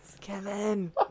Kevin